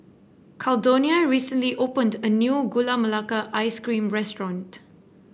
Caldonia recently opened a new Gula Melaka Ice Cream restaurant